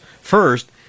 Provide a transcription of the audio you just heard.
First